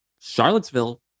charlottesville